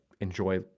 enjoy